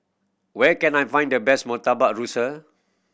where can I find the best Murtabak Rusa